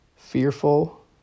fearful